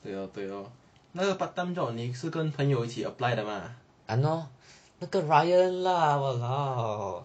对 lor 对 lor 那个 part time job 你是跟朋友去 apply 的吗